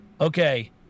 okay